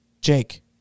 jake